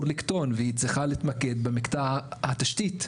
והיא צריכה להתמקד במקטע התשתית.